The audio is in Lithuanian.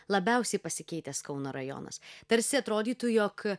labiausiai pasikeitęs kauno rajonas tarsi atrodytų jog